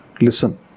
Listen